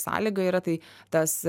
sąlyga yra tai tas